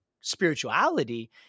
spirituality